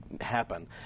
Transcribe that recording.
happen